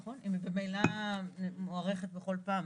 נכון, אם היא ממילא מוארכת בכל פעם.